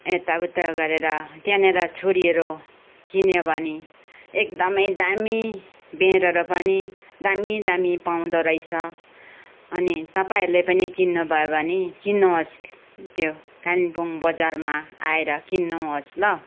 यताउता गरेर त्यहाँनिर छुरीहरू किन्यो भने एकदमै दामी बेढहरू पनि दामी दामी पाउँदो रहेछ अनि तपाईँहरूले पनि किन्नु भयो भने किन्नुहोस् त्यो कालिम्पोङ बजारमा आएर किन्नुहोस् ल